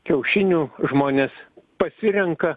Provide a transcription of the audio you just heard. kiaušinių žmonės pasirenka